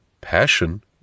passion